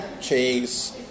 cheese